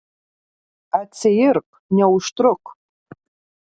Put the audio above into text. atsiirk neužtruk